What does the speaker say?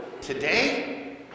Today